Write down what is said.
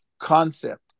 concept